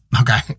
Okay